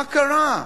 מה קרה,